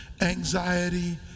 anxiety